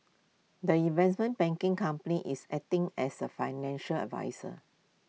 the investment banking company is acting as A financial adviser